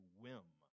whim